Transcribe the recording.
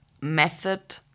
method